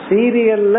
Serial